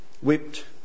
whipped